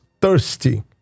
thirsty